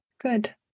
Good